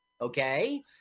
Okay